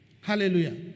Hallelujah